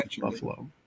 Buffalo